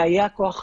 והיה כוח עבודה.